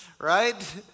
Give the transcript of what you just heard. right